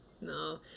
no